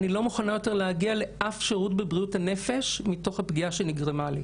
אני לא מוכנה יותר להגיע לאף שירות בבריאות הנפש מתוך הפגיעה שנגרמה לי.